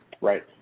Right